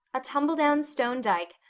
a tumbledown stone dyke,